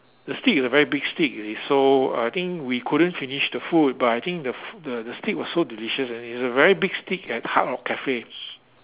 the steak is a very big steak you see so I think we couldn't finish the food but I think the f~ the the steak was so delicious and it's a very big steak at hard rock cafe